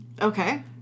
Okay